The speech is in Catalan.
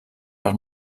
per